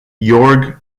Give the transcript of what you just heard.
georg